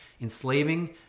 enslaving